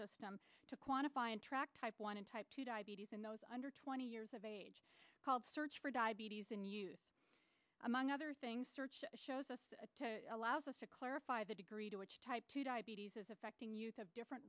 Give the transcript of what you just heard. system to quantify and track type one in type two diabetes in those under twenty years of age called search for diabetes in use among other things search shows us allows us to clarify the degree to which type two diabetes is affecting youth of different